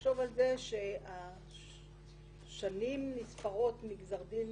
רק צריך לחשוב על זה שהשנים נספרות מגזר הדין